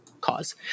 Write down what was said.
cause